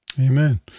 Amen